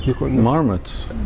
Marmots